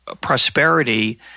prosperity